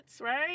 right